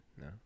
No